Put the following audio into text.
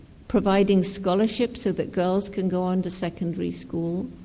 providing scholarships so that girls can go on to secondary school,